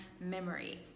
memory